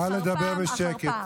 נא לדבר בשקט.